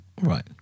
Right